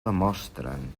demostren